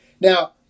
now